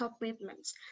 commitments